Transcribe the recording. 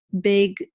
big